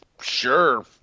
Sure